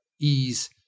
ease